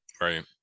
right